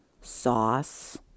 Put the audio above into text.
sauce